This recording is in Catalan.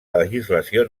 legislació